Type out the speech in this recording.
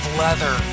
leather